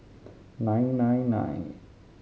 nine nine nine